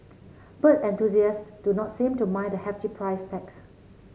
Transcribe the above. bird enthusiasts do not seem to mind the hefty price tags